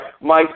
Mike